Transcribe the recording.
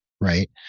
Right